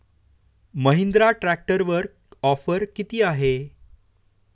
महिंद्रा ट्रॅक्टरवर ऑफर किती आहे?